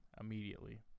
immediately